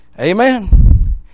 Amen